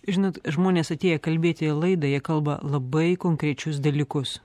žinot žmonės atėję kalbėti į laidą jie kalba labai konkrečius dalykus